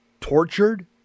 tortured